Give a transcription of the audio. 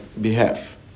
behalf